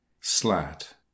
Slat